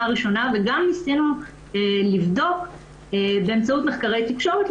הראשונה וגם ניסינו לבדוק באמצעות מחקרי תקשורת,